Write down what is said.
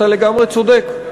אתה לגמרי צודק,